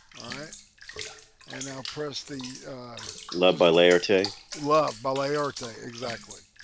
right and now press the love by laerte love ballet art ah exactly